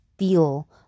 feel